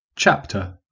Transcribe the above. Chapter